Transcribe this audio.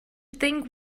think